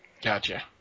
Gotcha